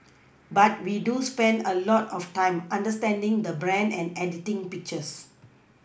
but we do spend a lot of time understanding the brand and editing pictures